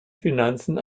finanzen